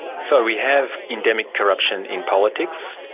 so we have endemic corruption in politics,